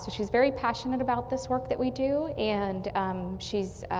she's very passionate about this work that we do and she's